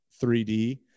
3D